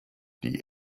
die